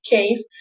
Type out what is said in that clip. Cave